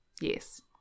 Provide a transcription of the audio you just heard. Yes